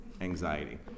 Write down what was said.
Anxiety